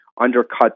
undercut